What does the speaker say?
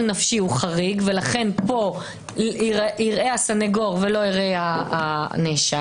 נפשי הוא חריג ולכן פה יראה בסנגור ולא יראה הנאשם.